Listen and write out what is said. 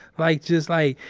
like, just like,